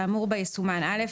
האמור בה יסומן (א),